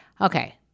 Okay